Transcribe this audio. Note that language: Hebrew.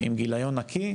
עם גיליון נקי